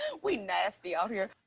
we nasty out here.